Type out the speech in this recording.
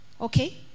Okay